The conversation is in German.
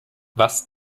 was